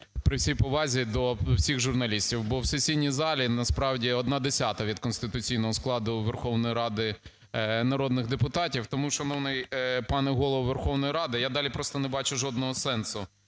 при всій повазі до всіх журналістів. Бо в сесійній залі насправді одна десята від конституційного складу Верховної Ради народних депутатів. Тому, шановний пане Голово Верховної Ради, я далі просто не бачу жодного сенсу